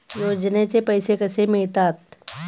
योजनेचे पैसे कसे मिळतात?